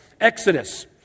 Exodus